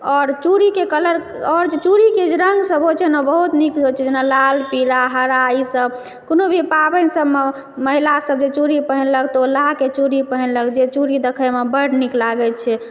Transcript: आओर चूड़ीके कलर चूड़ीके जे रङ्गसभ होइत छै न बहुत नीक होइत छै जेना लाल पीला हरा ईसभ कोनो भी पाबनिसभमऽ महिलासभ जे चूड़ी पहिरलक तऽ ओ लाहके चूड़ी पहिरलक जे चूड़ी देखयमे बड्ड नीक लागैत छै